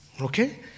Okay